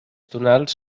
tonals